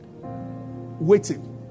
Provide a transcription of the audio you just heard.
waiting